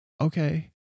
okay